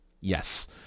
Yes